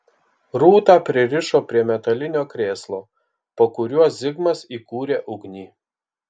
rūtą pririšo prie metalinio krėslo po kuriuo zigmas įkūrė ugnį